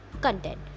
content